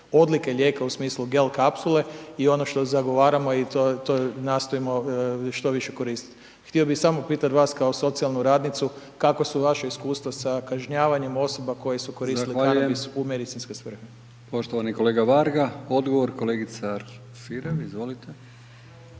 odlike lijeka u smislu gel kapsule i ono što zagovaramo i to nastojimo što više koristiti. Htio bih samo pitat vas kao socijalnu radniku, kako su vaša iskustva sa kažnjavanjem osoba koja su koristila kanabis …/Upadica: Zahvaljujem./… u medicinske svrhe.